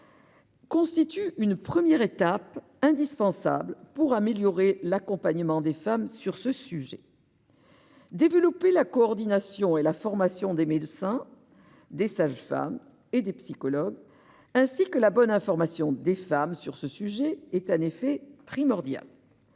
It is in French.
constitue une première étape indispensable pour améliorer l'accompagnement des femmes sur ce sujet. Développer la coordination et la formation des médecins, des sages-femmes et des psychologues, ainsi que la bonne information des femmes sur ce sujet, est en effet primordial.